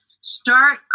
start